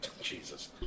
Jesus